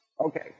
Okay